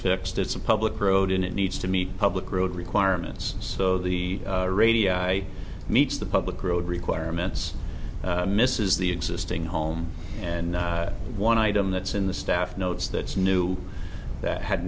fixed it's a public road and it needs to meet public road requirements so the radio meets the public road requirements misses the existing home and one item that's in the staff notes that's new that had